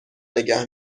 نگه